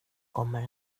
kommer